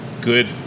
good